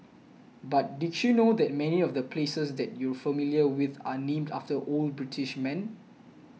but did you know that many of the places that you're familiar with are named after old British men